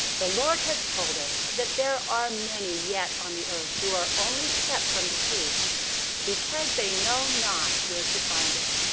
the lord has told us that there are many yet on the earth. who are only kept from the truth because they know not where to find it.